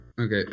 Okay